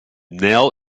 nijl